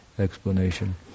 explanation